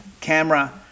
camera